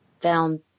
found